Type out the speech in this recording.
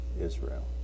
Israel